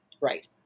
Right